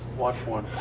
watch one.